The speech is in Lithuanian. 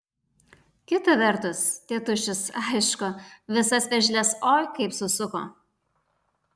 kita vertus tėtušis aišku visas veržles oi kaip susuko